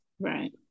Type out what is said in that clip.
Right